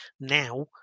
now